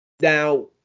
Now